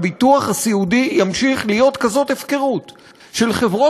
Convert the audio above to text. ברגע שמדובר על להוציא גרוש מהכיס